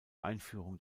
einführung